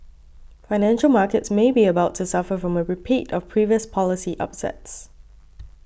financial markets may be about to suffer from a repeat of previous policy upsets